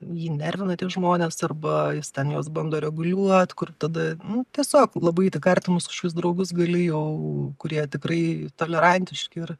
jį nervina tie žmonės arba jis ten juos bando reguliuot kur tada nu tiesiog labai tik artimus kažkokius draugus gali jau kurie tikrai tolerantiški ir